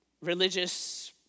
religious